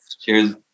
Cheers